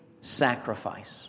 sacrifice